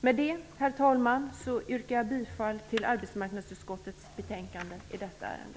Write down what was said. Med det, herr talman, yrkar jag bifall till hemställan i arbetsmarknadsutskottets betänkande i detta ärende.